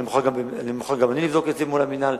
אני מוכן גם אני לבדוק את זה מול המינהל,